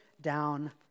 down